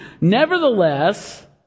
Nevertheless